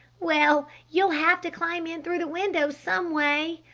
well, you'll have to climb in through the window someway,